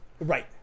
Right